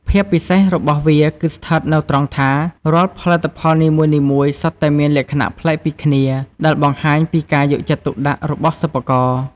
ភាពពិសេសរបស់វាគឺស្ថិតនៅត្រង់ថា រាល់ផលិតផលនីមួយៗសុទ្ធតែមានលក្ខណៈប្លែកពីគ្នា ដែលបង្ហាញពីការយកចិត្តទុកដាក់របស់សិប្បករ។